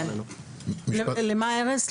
למה ארז?